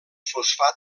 fosfat